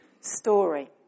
story